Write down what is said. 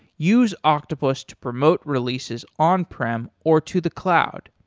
use octopus to promote releases on prem or to the cloud.